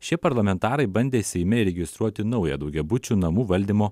šie parlamentarai bandė seime įregistruoti naują daugiabučių namų valdymo